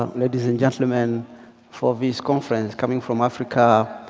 um ladies and gentlemen for this conference. coming from africa,